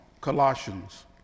Colossians